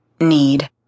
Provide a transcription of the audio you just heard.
need